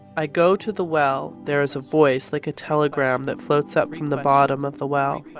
i go to the well. there is a voice like a telegram that floats up from the bottom of the well. but